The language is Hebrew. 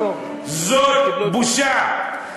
זאת בושה.